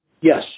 Yes